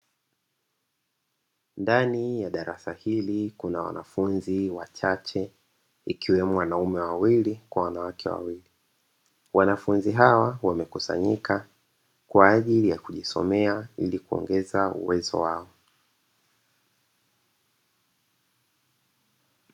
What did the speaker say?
Ndani ya darasa hili kuna wanafunzi wachache, ikiwemo wanaume wawili kwa wanawake wawili. Wanafunzi hawa wamekusanyika kwa ajili ya kujisomea, ili kuongeza uwezo wao.